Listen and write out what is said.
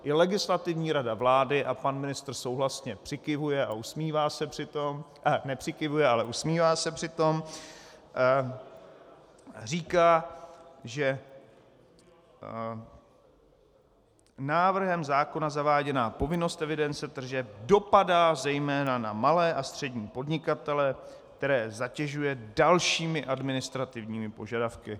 I Legislativní rada vlády a pan ministr souhlasně přikyvuje a usmívá se přitom, nepřikyvuje, ale usmívá se přitom říká, že návrhem zákona zaváděná povinnost evidence tržeb dopadá zejména na malé a střední podnikatele, které zatěžuje dalšími administrativními požadavky.